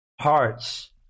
hearts